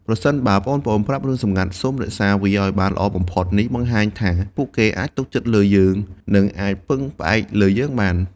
ប្រសិនបើប្អូនៗប្រាប់រឿងសម្ងាត់ សូមរក្សាវាឲ្យបានល្អបំផុត។ នេះបង្ហាញថាពួកគេអាចទុកចិត្តលើយើង និងអាចពឹងផ្អែកលើយើងបាន។